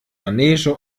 manege